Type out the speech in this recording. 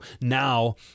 now